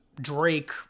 Drake